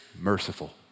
merciful